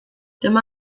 tema